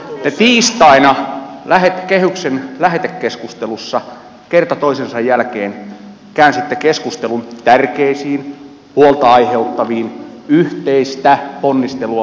te tiistaina kehyksen lähetekeskustelussa kerta toisensa jälkeen käänsitte keskustelun tärkeisiin huolta aiheuttaviin yhteistä ponnistelua vaativiin asioihin